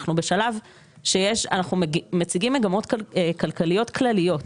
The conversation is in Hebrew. אנחנו מציגים מגמות כלכליות כלליות,